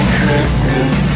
Christmas